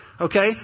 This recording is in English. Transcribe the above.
Okay